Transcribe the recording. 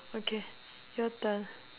okay your turn